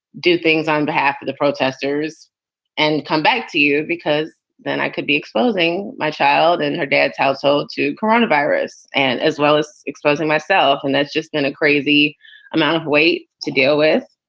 do things on behalf of the protesters and come back to you, because then i could be exposing my child and her dad's household to coronavirus and as well as exposing myself. and that's just going a crazy amount of weight to deal with.